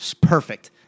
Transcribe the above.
perfect